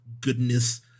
goodness